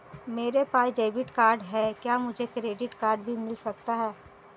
मेरे पास debit card है क्या मुझे क्रेडिट कार्ड भी मिल सकता है?